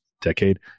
decade